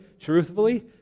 truthfully